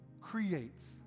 creates